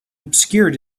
obscured